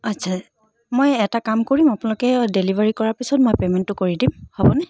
আচ্ছা মই এটা কাম কৰিম আপোনালোকে ডেলিভাৰী কৰাৰ পিছত মই পে'মেণ্টটো কৰি দিম হ'বনে